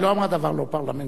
היא לא אמרה דבר לא פרלמנטרי.